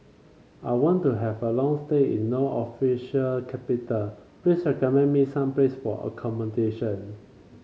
I want to have a long stay in No official capital please recommend me some place for accommodation